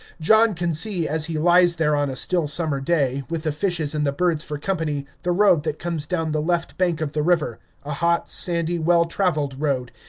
john can see as he lies there on a still summer day, with the fishes and the birds for company, the road that comes down the left bank of the river a hot, sandy, well-traveled road,